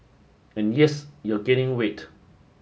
and yes you're gaining weight